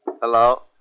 Hello